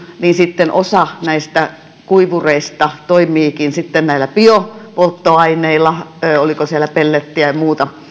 niin sitten osa näistä kuivureista toimiikin näillä biopolttoaineilla oliko siellä pellettiä ja muuta